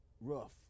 rough